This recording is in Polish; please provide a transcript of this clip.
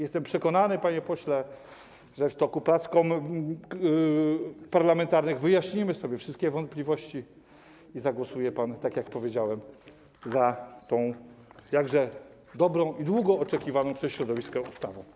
Jestem przekonany, panie pośle, że w toku prac parlamentarnych wyjaśnimy sobie wszystkie wątpliwości i zagłosuje pan tak, jak powiedziałem, za tą jakże dobrą i długo oczekiwaną przez środowisko ustawą.